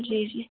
जी जी